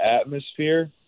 atmosphere